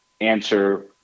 answer